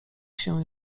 się